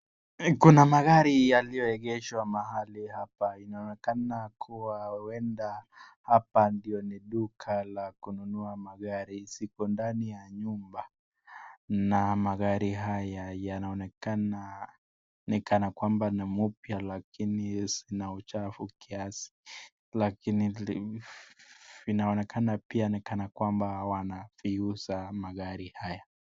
Kuna magari yaliyoegeshwa mahali hapa inaonekana kuwa huenda hapa ndio ni duka la kununua magari. Ziko ndani ya nyumba na magari haya yanaonekana ni kana kwamba ni mpya lakini zina uchafu kiasi lakini vinaonekana pia ni kana kwamba wanaviuza magari haya.